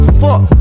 fuck